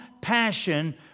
passion